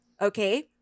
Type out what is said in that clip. Okay